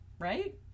Right